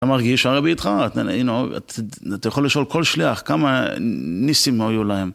אתה מרגיש הרבי איתך, אתה יכול לשאול כל שליח כמה ניסים היו להם